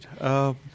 Right